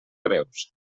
greus